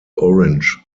orange